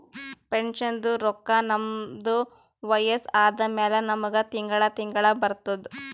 ಪೆನ್ಷನ್ದು ರೊಕ್ಕಾ ನಮ್ದು ವಯಸ್ಸ ಆದಮ್ಯಾಲ ನಮುಗ ತಿಂಗಳಾ ತಿಂಗಳಾ ಬರ್ತುದ್